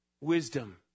wisdom